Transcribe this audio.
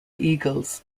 eagles